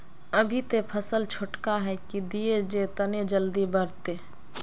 अभी ते फसल छोटका है की दिये जे तने जल्दी बढ़ते?